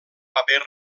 paper